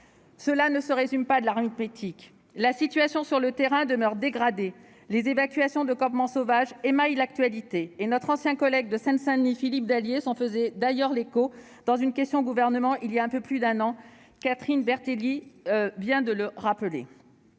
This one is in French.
Cela ne se résume pas à de l'arithmétique. La situation sur le terrain demeure dégradée. Les évacuations de campements sauvages émaillent l'actualité ; notre ancien collègue de Seine-Saint-Denis, Philippe Dallier, s'en faisait encore l'écho dans une question d'actualité au Gouvernement il y a un peu plus d'un an. Catherine Belrhiti a également